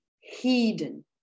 hidden